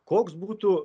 koks būtų